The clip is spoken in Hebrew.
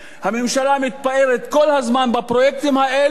הממשלה מתפארת כל הזמן בפרויקטים האלה,